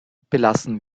belassen